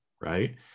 right